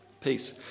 peace